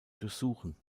durchsuchen